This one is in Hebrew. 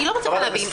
אני לא מצליחה להבין.